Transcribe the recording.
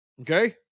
Okay